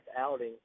outing